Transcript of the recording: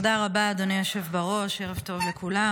ערב טוב לכולם.